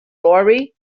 lorry